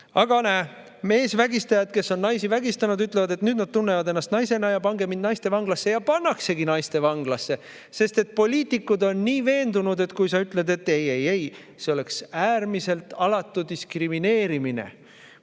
aga näe, meesvägistajad ütlevad, et nüüd nad tunnevad ennast naisena ja pangu neid naistevanglasse. Ja pannaksegi naistevanglasse, sest poliitikud on nii veendunud, et kui sa ütled ei-ei-ei, siis see oleks äärmiselt alatu diskrimineerimine,